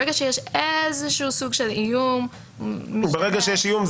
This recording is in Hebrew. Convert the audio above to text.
ברגע שיש איזה סוג של איום --- ברגע שיש איום,